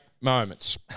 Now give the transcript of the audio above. moments